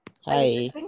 Hi